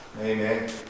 Amen